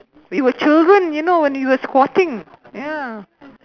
we were children you know when we were squatting ya